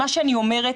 מה שאני אומרת,